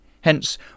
Hence